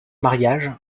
mariage